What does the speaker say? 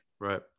Right